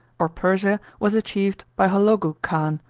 or persia, was achieved by holagou khan,